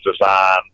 design